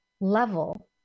level